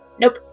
Nope